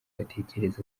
batekereza